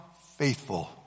faithful